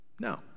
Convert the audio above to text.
No